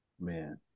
Man